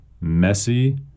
messy